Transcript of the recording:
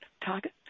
target